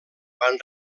van